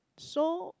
so